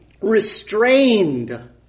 restrained